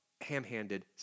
Ham-handed